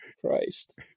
Christ